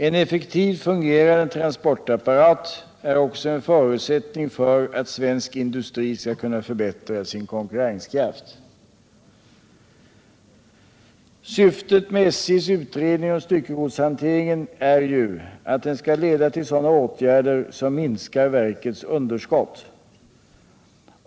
En effektivt fungerande transportapparat är också en förutsättning för att svensk industri skall kunna förbättra sin konkurrenskraft. Syftet med SJ:s utredning om styckegodshanteringen är ju att den skall leda till sådana åtgärder som minskar verkets underskott.